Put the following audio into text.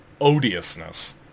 odiousness